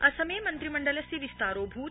असमे मन्त्रिमण्डलस्य विस्तारोभत